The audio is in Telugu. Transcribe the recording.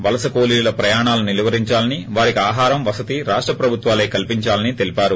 వలసకూలీల ప్రయాణాలను నిలువరించాలని వారికి ఆహారం వసతి రాష్ల ప్రభుత్వాలే కల్పిందాలని తెలిపారు